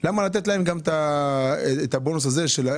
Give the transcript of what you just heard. למה לתת להם את הבונוס הזה?